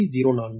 04 j 0